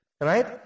right